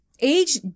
Age